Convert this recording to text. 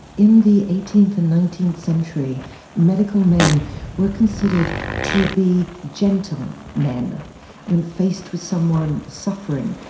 in the eighteenth and nineteenth century medical men were considered to be gentle men when faced with someone suffering.